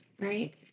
Right